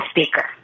speaker